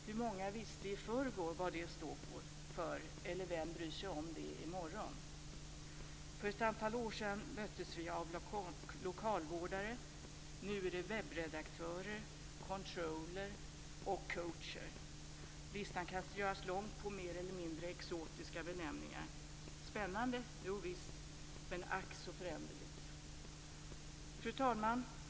Hur många visste i förrgår vad det ordet står för och vem bryr sig om det i morgon? För ett antal år sedan möttes vi av ordet lokalvårdare. Nu är det fråga om webbredaktörer, controller och coacher. Listan över mer eller mindre exotiska benämningar kan göras lång. Spännande? Jovisst, men ack så föränderligt! Fru talman!